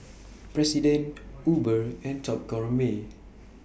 President Uber and Top Gourmet